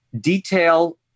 detail